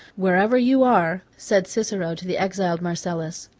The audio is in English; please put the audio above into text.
wherever you are, said cicero to the exiled marcellus,